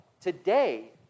today